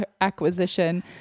acquisition